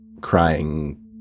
crying